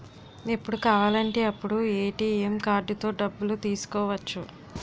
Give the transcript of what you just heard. ఎప్పుడు కావాలంటే అప్పుడు ఏ.టి.ఎం కార్డుతో డబ్బులు తీసుకోవచ్చు